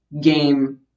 game